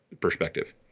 perspective